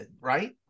right